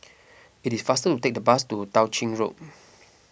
it is faster to take the bus to Tao Ching Road